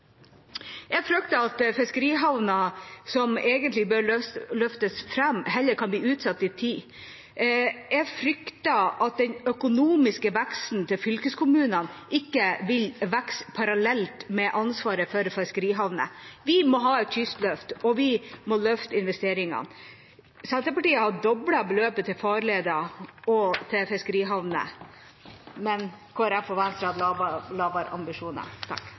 Jeg frykter at fiskerihavner som egentlig bør løftes fram, heller kan bli utsatt i tid. Jeg frykter at den økonomiske veksten til fylkeskommunene ikke vil vokse parallelt med ansvaret for fiskerihavnene. Vi må ha et kystløft, og vi må løfte investeringene. Senterpartiet har økt beløpet til farledene og doblet beløpet til fiskerihavnene, men Kristelig Folkeparti og Venstre hadde lavere ambisjoner.